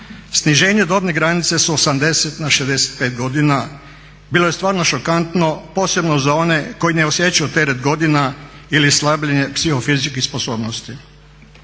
sniženje dobne granice sa 80 na 65 godina bilo je stvarno šokantno posebno za one koji ne osjećaju teret godina ili slabljenje psiho fizičkih sposobnosti.